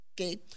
Okay